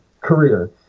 career